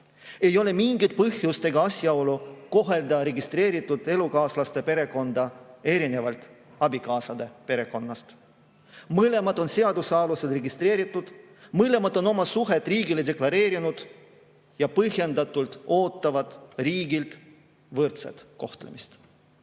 Ei ole mingit põhjust kohelda registreeritud elukaaslaste perekonda erinevalt abikaasade perekonnast. Mõlemad on seaduse alusel registreeritud, mõlemad on oma suhet riigile deklareerinud ja põhjendatult ootavad riigilt võrdset kohtlemist.